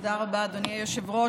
תודה רבה, אדוני היושב-ראש.